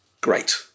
Great